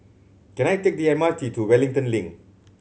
can I take the M R T to Wellington Link